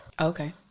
okay